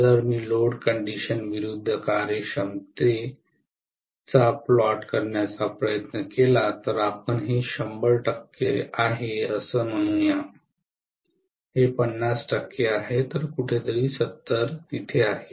जर मी load condition विरूद्ध कार्यक्षमते चा प्लॉट करण्याचा प्रयत्न केला तर आपण हे 100 टक्के असे म्हणू या हे 50 टक्के आहे तर कुठेतरी 70 तिथे आहे